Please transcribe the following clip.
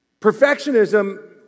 Perfectionism